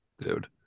dude